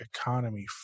economy